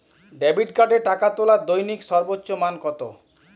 Debit কার্ডে টাকা তোলার দৈনিক সর্বোচ্চ মান কতো?